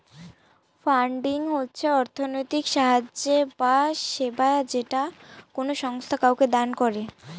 funding হচ্ছে অর্থনৈতিক সাহায্য বা সেবা যেটা কোনো সংস্থা কাউকে দান করে